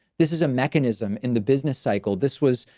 this is a mechanism in the business cycle. this was,